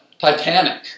Titanic